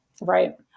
right